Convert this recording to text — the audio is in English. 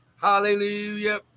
Hallelujah